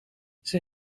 zij